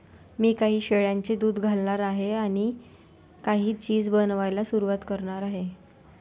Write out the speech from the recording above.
मी काही शेळ्यांचे दूध घालणार आहे आणि काही चीज बनवायला सुरुवात करणार आहे